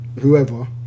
whoever